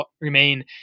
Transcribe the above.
remain